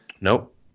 Nope